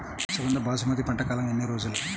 సుగంధ బాసుమతి పంట కాలం ఎన్ని రోజులు?